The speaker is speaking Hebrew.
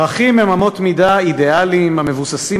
ערכים הם אמות מידה אידיאליות המבוססות